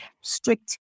strict